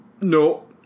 No